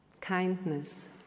kindness